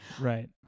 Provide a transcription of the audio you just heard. Right